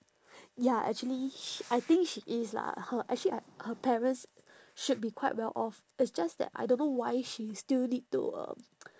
ya actually sh~ I think she is lah her actually I her parents should be quite well off it's just that I don't know why she still need to um